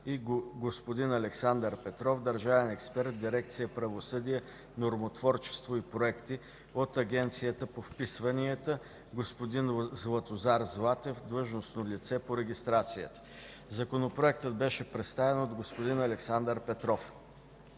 и господин Александър Петров, държавен експерт в дирекция „Правосъдие, нормотворчество и проекти”, от Агенцията по вписванията – господин Златозар Златев, длъжностно лице по регистрацията. Законопроектът беше представен от господин Александър Петров.